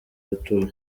rutura